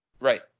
Right